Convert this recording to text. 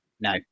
No